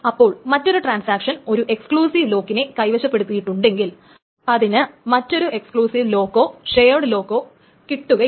അപ്പോൾ മറ്റൊരു ട്രാൻസാക്ഷൻ ഒരു എക്സ്ക്ലൂസീവ് ലോക്കിനെ കൈവശപ്പെടുത്തിയിട്ടുണ്ടെങ്കിൽ അതിന് മറ്റൊരു എക്സ്ക്ലൂസീവ് ലോക്കോ ഷെയേഡ് ലോക്കോ കിട്ടില്ല